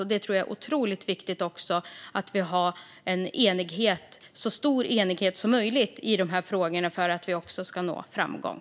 Jag tror att det är otroligt viktigt att vi har så stor enighet som möjligt i de här frågorna för att vi ska nå framgång.